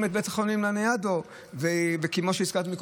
את בית החולים לניאדו וכמו שהזכרתי קודם,